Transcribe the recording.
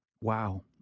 Wow